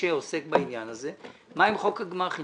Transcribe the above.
שעוסק בעניין הזה מה עם חוק הגמ"חים.